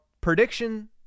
prediction